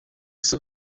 sol